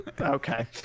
okay